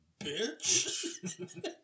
bitch